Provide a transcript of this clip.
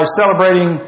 celebrating